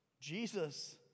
Jesus